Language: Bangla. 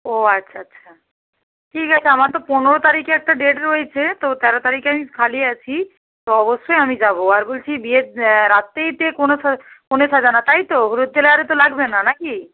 ও আচ্ছা আচ্ছা ঠিক আছে আমার তো পনেরো তারিখে একটা ডেট রয়েছে তো তেরো তারিখে আমি খালি আছি তো অবশ্যই আমি যাবো আর বলছি বিয়ের রাত্রেই কনে সা কনে সাজানা তাই তো হলুদ্দেরে আরে তো লাগবে না নাকি